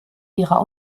ihrer